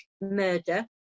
murder